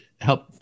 help